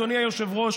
אדוני היושב-ראש,